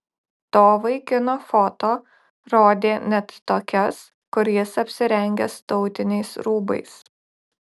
to vaikino foto rodė net tokias kur jis apsirengęs tautiniais rūbais